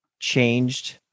changed